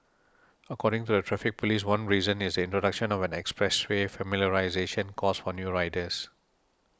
according to the Traffic Police one reason is the introduction of an expressway familiarisation course for new riders